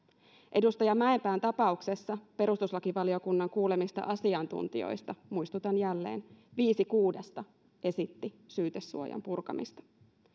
edustaja mäenpään tapauksessa perustuslakivaliokunnan kuulemista asiantuntijoista muistutan jälleen viisi kuudesta esitti syytesuojan purkamista